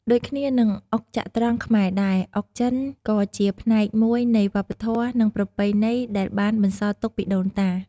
ដូចគ្នានឹងអុកចត្រង្គខ្មែរដែរ អុកចិនក៏ជាផ្នែកមួយនៃវប្បធម៌ និងប្រពៃណីដែលបានបន្សល់ទុកពីដូនតា។